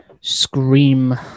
scream